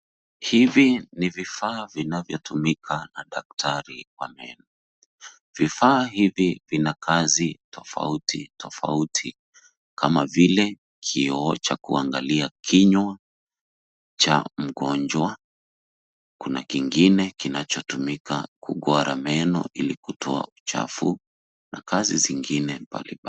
Hivi ni vifaa vinavyotumika na daktari wa meno, vifaa hivi vina kazi tafauti tafauti kama vile kioo cha kuangalia kinywa cha mngonjwa kuna kingine kinachotumika kukwara meno ili kutoa uchafu na kazi zingine mbali mbali.